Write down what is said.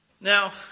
Now